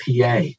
PA